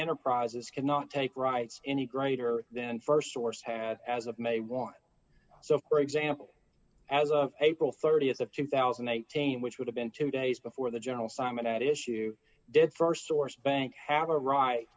enterprises cannot take rights any greater than st source had as of may want so for example as of april th of two thousand and eighteen which would have been two days before the general simon at issue did st source bank have a right